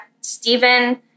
Stephen